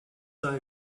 eye